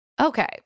Okay